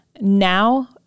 now